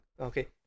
okay